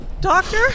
Doctor